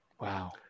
wow